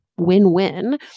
win-win